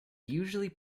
usually